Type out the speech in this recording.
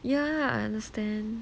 yeah I understand